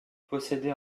possédait